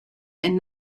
and